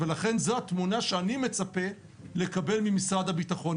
ולכן זו התמונה שאני מצפה לקבל ממשרד הביטחון.